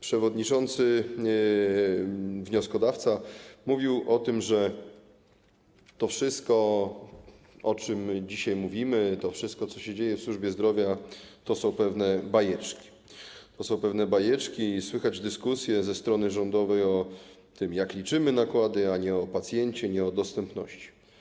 Przewodniczący, wnioskodawca mówił o tym, że to wszystko, o czym dzisiaj mówimy, to wszystko, co się dzieje w służbie zdrowia, to są pewne bajeczki i słychać dyskusję ze strony rządowej o tym, jak liczymy nakłady, a nie o pacjencie, nie o dostępności.